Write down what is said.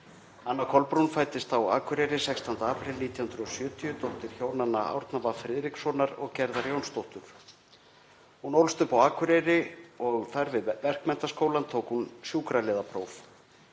Anna Kolbrún fæddist á Akureyri 16. apríl 1970, dóttir hjónanna Árna V. Friðrikssonar og Gerðar Jónsdóttur. Hún ólst upp á Akureyri og þar við Verkmenntaskólann tók hún sjúkraliðapróf.